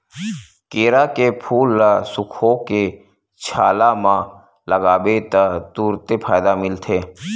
केरा के फूल ल सुखोके छाला म लगाबे त तुरते फायदा मिलथे